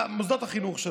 מוסדות החינוך?